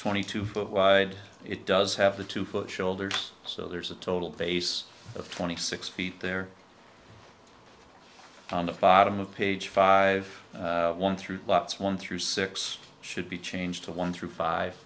twenty two foot wide it does have the two foot shoulders so there is a total base of twenty six feet there on the bottom of page five one through lots one through six should be changed to one through five